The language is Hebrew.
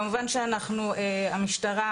כמובן שהמשטרה